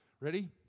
Ready